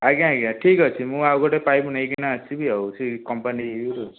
ଆଜ୍ଞା ଆଜ୍ଞା ଠିକ୍ ଅଛି ମୁଁ ଆଉ ଗୋଟେ ପାଇପ୍ ନେଇକିନା ଆସିବି ଆଉ ସେଇ କମ୍ପାନୀ ଇଏରୁ